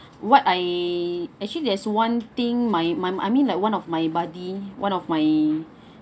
what I actually there's one thing my my I mean like one of my buddy one of my